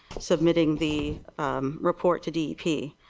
submitting, the report to dp.